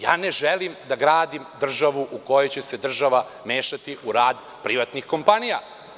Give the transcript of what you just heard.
Ja ne želim da gradim državu u kojoj će se država mešati u rad privatnih kompanija.